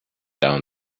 down